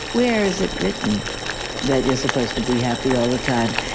where is it written that you're supposed to be happy all the time?